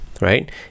right